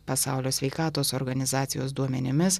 pasaulio sveikatos organizacijos duomenimis